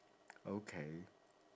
okay